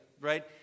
Right